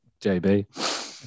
JB